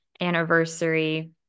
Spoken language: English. anniversary